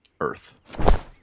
earth